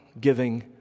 giving